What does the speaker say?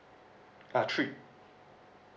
uh three